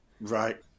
Right